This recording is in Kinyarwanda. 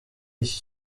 iki